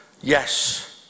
Yes